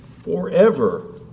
forever